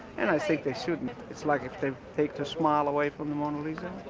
and i think they shouldn't. it's like if they take the smile away from the mona lisa. it